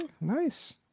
nice